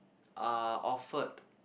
are offered